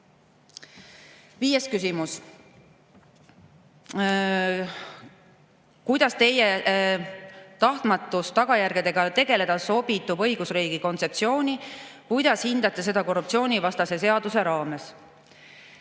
Viies küsimus: "Kuidas Teie tahtmatus tagajärgedega tegeleda sobitub õigusriigi kontseptsiooniga? Kuidas hindate seda korruptsioonivastase seaduse raames?"